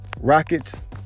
rockets